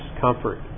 comfort